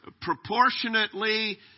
proportionately